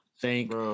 thank